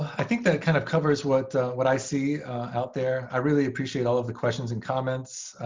i think that kind of covers what what i see out there. i really appreciate all of the questions and comments.